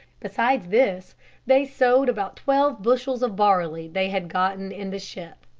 besides this they sowed about twelve bushels of barley they had gotten in the ship.